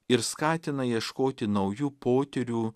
ir skatina ieškoti naujų potyrių